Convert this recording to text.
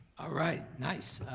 ah right, nice,